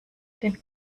den